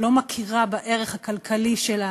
לא מכירה בערך הכלכלי שלה,